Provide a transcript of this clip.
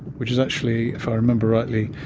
which is actually, if i remember rightly,